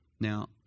Now